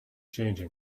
changing